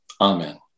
Amen